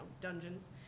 dungeons